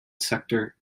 sector